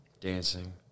Dancing